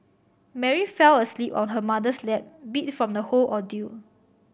Mary fell asleep on her mother's lap beat from the whole ordeal